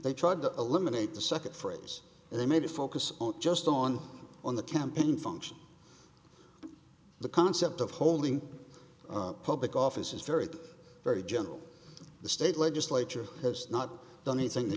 they tried to eliminate the second phrase they may be focusing just on on the campaign function the concept of holding public office is very very gentle the state legislature has not done anything to